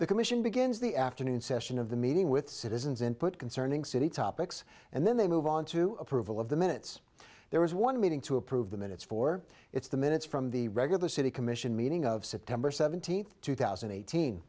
the commission begins the afternoon session of the meeting with citizens input concerning city topics and then they move on to approval of the minutes there was one meeting to approve the minutes for it's the minutes from the regular city commission meeting of september seventeenth two thousand and eighteen